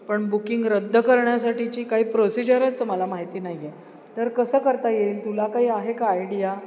पण बुकिंग रद्द करण्यासाठीची काही प्रोसिजरच मला माहिती नाही आहे तर कसं करता येईल तुला काही आहे का आयडिया